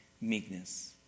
meekness